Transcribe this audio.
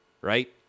Right